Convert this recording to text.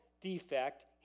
defect